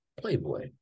playboy